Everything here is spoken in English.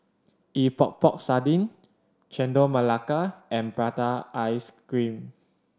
Epok Epok Sardin Chendol Melaka and prata ice cream